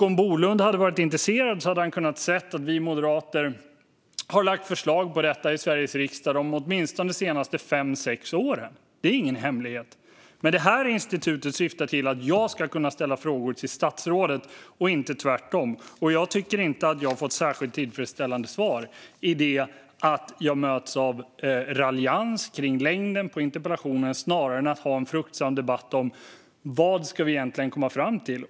Om Bolund hade varit intresserad hade han kunnat se att vi moderater har lagt fram förslag om detta i Sveriges riksdag under de senaste åtminstone fem sex åren. Det är ingen hemlighet. Det här institutet syftar dock till att jag ska kunna ställa frågor till statsrådet, inte tvärtom. Jag tycker inte att jag har fått särskilt tillfredsställande svar. I stället möts jag av raljans kring längden på interpellationen snarare än en fruktsam debatt om vad vi egentligen ska komma fram till.